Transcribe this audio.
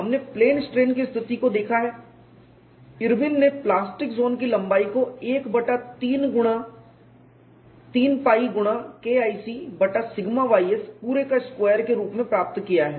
हमने plane strain की स्थिति को देखा है इरविन ने प्लास्टिक जोन की लंबाई को 1 बटा 3 π गुणा KIC बटा सिग्मा ys पूरे का स्क्वायर के रूप में प्राप्त किया है